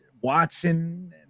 Watson